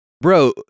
Bro